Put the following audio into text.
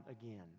again